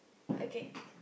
okay